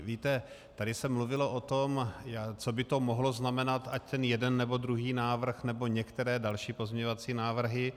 Víte, tady se mluvilo o tom, co by to mohlo znamenat, ať ten jeden, nebo druhý návrh, nebo některé další pozměňovací návrhy.